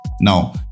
now